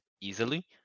easily